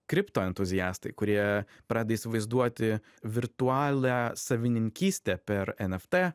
kripto entuziastai kurie pradeda įsivaizduoti virtualią savininkystę per nft